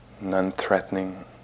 non-threatening